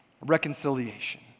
reconciliation